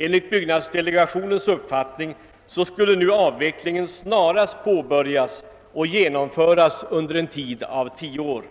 Enligt byggnadsdelegationens uppfattning skulle avvecklingen påbörjas snarast och genomföras under en tid av tio år.